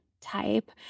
type